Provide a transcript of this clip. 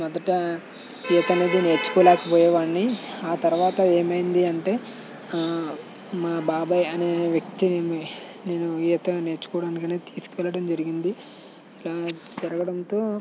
మొదట ఈతనేది నేర్చుకోలేకపోయేవాడిని ఆ తర్వాత ఏమైంది అంటే మా బాబాయ్ అనే వ్యక్తి నేను ఈత నేర్చుకోవడానికని తీసుకువెళ్ళడం జరిగింది ఇలా జరగడంతో